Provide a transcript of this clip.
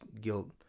guilt